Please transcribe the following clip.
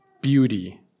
beauty